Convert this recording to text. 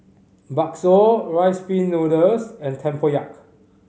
bakso Rice Pin Noodles and tempoyak